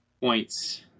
Points